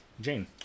Jane